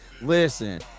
Listen